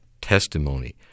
testimony